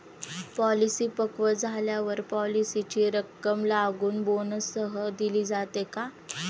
Policy पक्व झाल्यावर पॉलिसीची रक्कम लागू बोनससह दिली जाते का?